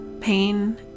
pain